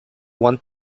want